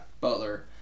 Butler